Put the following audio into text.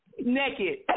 Naked